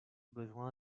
besoin